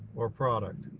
or product.